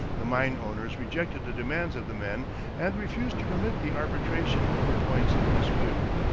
the mine owners rejected the demands of the men and refused to permit the arbitration of the points in dispute,